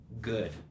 good